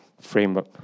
framework